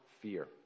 fear